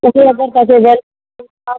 उहे अगरि तव्हां खे